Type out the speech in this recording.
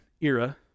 era